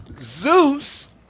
Zeus